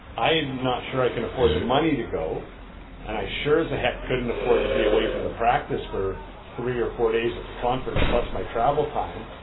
i am not sure i can afford the money to go and i sure as a heck couldn't afford to be away from the practice for three or four days at the conference, plus my travel time.